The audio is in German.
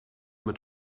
mit